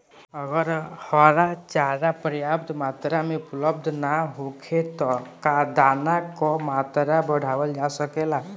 अगर हरा चारा पर्याप्त मात्रा में उपलब्ध ना होखे त का दाना क मात्रा बढ़ावल जा सकेला?